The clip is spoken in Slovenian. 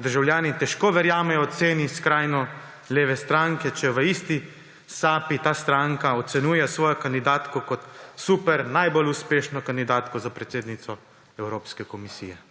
državljani težko verjamejo oceni skrajno leve stranke, če v isti sapi ta stranka ocenjuje svojo kandidatko kot super, najbolj uspešno kandidatko za predsednico Evropske komisije.